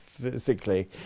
physically